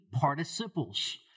participles